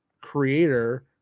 creator